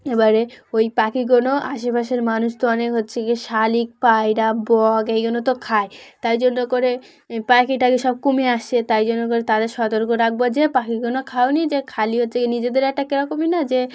এবারে ওই পাখিগুলো আশেপাশের মানুষ তো অনেক হচ্ছে গিয়ে শালিক পায়রা বক এইগুলো তো খায় তাই জন্য করে পাখি টাকি সব কমে আসছে তাই জন্য করে তাদের সতর্ক রাখব যে পাখিগুলো খেওনা যে খালি হচ্ছে কি নিজেদের একটা কীরকম ই না যে